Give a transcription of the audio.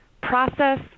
process